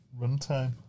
runtime